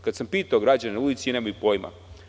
Kada sam pitao građane na ulici – nemaju pojma.